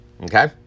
Okay